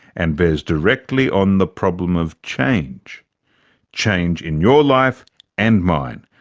and bears directly on the problem of change change in your life and mine,